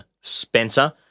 Spencer